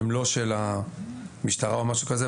הם לא של המשטרה או משהו כזה.